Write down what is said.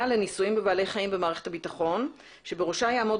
לניסויים בבעלי חיים במערכת הביטחון שבראשה יעמוד